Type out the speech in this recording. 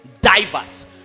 diverse